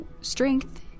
strength